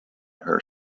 her